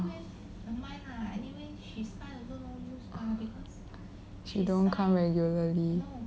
she don't come regularly